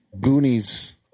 Goonies